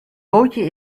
bootje